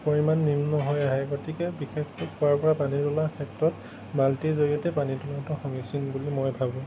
পৰিমাণ নিম্ন হৈ আহে গতিকে বিশেষকৈ কুঁৱাৰ পৰা পানী তোলাৰ ক্ষেত্ৰত বাল্টিৰ জড়িয়তে পানী তোলাটো সমীচিন বুলি মই ভাবোঁ